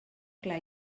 clar